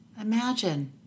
Imagine